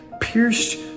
pierced